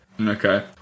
Okay